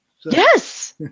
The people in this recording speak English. yes